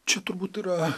čia turbūt yra